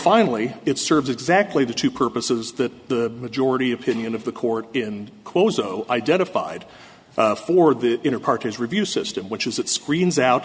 finally it serves exactly the two purposes that the majority opinion of the court in close of identified for the inner parties review system which is that screens out